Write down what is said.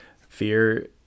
Fear